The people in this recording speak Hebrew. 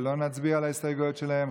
ולא נצביע על ההסתייגויות שלהם,